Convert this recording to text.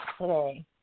today